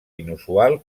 inusual